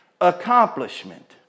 accomplishment